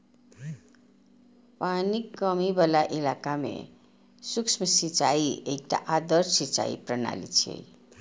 पानिक कमी बला इलाका मे सूक्ष्म सिंचाई एकटा आदर्श सिंचाइ प्रणाली छियै